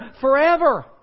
forever